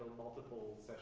multiple